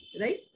right